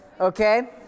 Okay